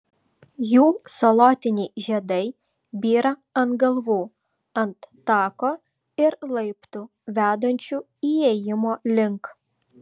jų salotiniai žiedai byra ant galvų ant tako ir laiptų vedančių įėjimo link